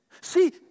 See